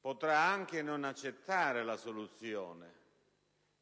potrà anche non accettare la soluzione,